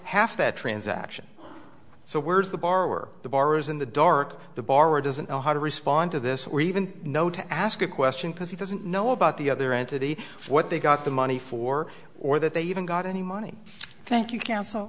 half that transaction so where's the borrower the borrowers in the dark the borrower doesn't know how to respond to this or even know to ask a question because he doesn't know about the other entity what they got the money for or that they even got any money thank you c